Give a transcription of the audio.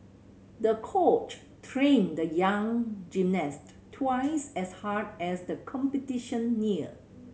the coach trained the young gymnast twice as hard as the competition neared